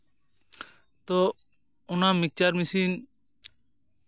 ᱛᱚ ᱚᱱᱟ mixture machine